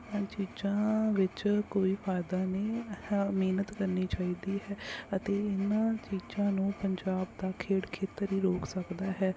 ਇਹਨਾਂ ਚੀਜ਼ਾਂ ਵਿੱਚ ਕੋਈ ਫ਼ਾਇਦਾ ਨਹੀਂ ਮਿਹਨਤ ਕਰਨੀ ਚਾਹੀਦੀ ਹੈ ਅਤੇ ਇਹਨਾਂ ਚੀਜ਼ਾਂ ਨੂੰ ਪੰਜਾਬ ਦਾ ਖੇਡ ਖੇਤਰ ਹੀ ਰੋਕ ਸਕਦਾ ਹੈ